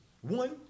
One